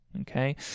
okay